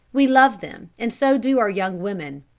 we love them, and so do our young women.